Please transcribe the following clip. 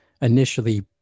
initially